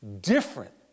different